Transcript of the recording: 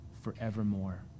forevermore